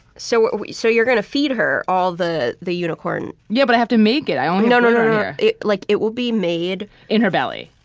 so. so you're gonna feed her all the the unicorn. yeah, but i have to make it. i only know know her like it will be made in her belly.